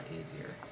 easier